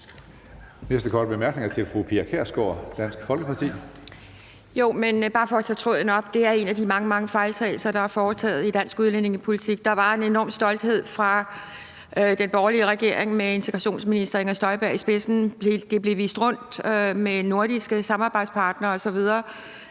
Næste korte bemærkning er fra fru Pia Kjærsgaard, Dansk Folkeparti. Kl. 12:31 Pia Kjærsgaard (DF): Bare for at tage tråden op vil jeg sige, at det er en af de mange, mange fejltagelser, der er foretaget i dansk udlændingepolitik. Der var en enorm stolthed fra den borgerlige regerings side med integrationsminister Inger Støjberg i spidsen. De blev vist rundt med nordiske samarbejdspartnere osv.